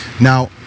Now